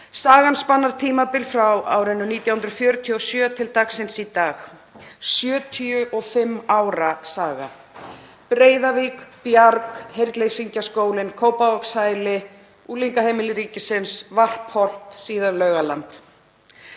Sagan spannar tímabil frá árinu 1947 til dagsins í dag, 75 ára saga. Breiðavík, Bjarg, Heyrnleysingjaskólinn, Kópavogshæli, Unglingaheimili ríkisins, Varpholt, síðar Laugaland,